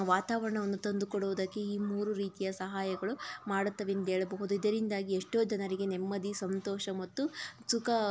ವಾತಾವರಣವನ್ನು ತಂದುಕೊಡುವುದಕ್ಕೆ ಈ ಮೂರು ರೀತಿಯ ಸಹಾಯಗಳು ಮಾಡುತ್ತವೆ ಎಂದೇಳಬಹುದು ಇದರಿಂದಾಗಿ ಎಷ್ಟೋ ಜನರಿಗೆ ನೆಮ್ಮದಿ ಸಂತೋಷ ಮತ್ತು ಸುಖ